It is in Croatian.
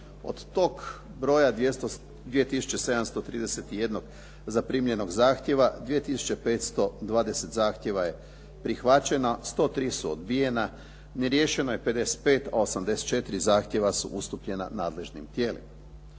Od toga broja 2 tisuće 731 zaprimljenog zahtijeva 2 tisuće 520 zahtjeva su prihvaćena, 103 odbijena, neriješeno je 55, a 84 zahtjeva su ustupljena nadležnim tijelima.